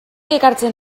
ekartzen